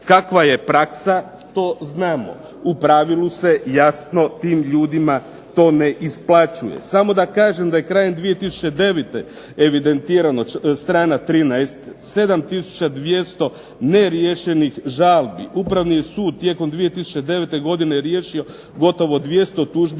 Kakva je praksa to znamo. U pravilu se jasno tim ljudima to ne isplaćuje. Samo da kažem da je krajem 2009. evidentirano, strana 13, 7200 neriješenih žalbi. Upravni je sud tijekom 2009. godine riješio gotovo 200 tužbi